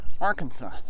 Arkansas